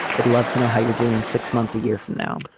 i'd love to know how you're doing six months, a year from now.